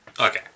Okay